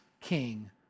king